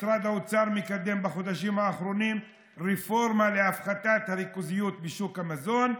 משרד האוצר מקדם בחודשים האחרונים רפורמה להפחתת הריכוזיות בשוק המזון.